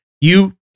you-